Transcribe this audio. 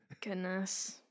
Goodness